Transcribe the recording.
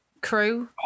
crew